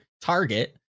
target